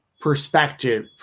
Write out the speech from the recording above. perspective